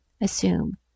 Assume